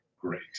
great